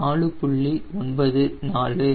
94